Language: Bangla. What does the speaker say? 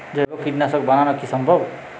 জৈব কীটনাশক বানানো কি সম্ভব?